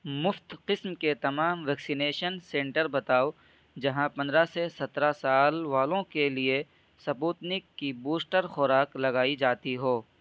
مفت قسم کے تمام ویکسینیشن سنٹر بتاؤ جہاں پندرہ سے سترہ سال والوں کے لیے سپوتنک کی بوسٹر خوراک لگائی جاتی ہو